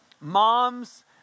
moms